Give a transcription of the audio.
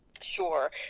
Sure